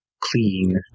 clean